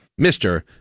mr